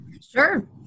Sure